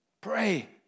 Pray